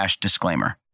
disclaimer